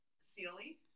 Sealy